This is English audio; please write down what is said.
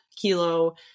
kilo